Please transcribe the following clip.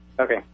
Okay